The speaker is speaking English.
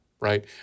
right